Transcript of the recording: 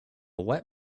wet